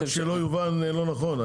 רק שלא יובן לא נכון,